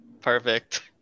perfect